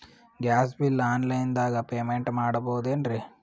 Gas bill online ದಾಗ payment ಮಾಡಬೋದೇನ್ರಿ?